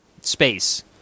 space